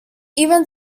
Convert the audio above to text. even